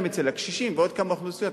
גם אצל הקשישים ועוד כמה אוכלוסיות,